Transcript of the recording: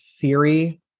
theory